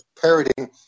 parroting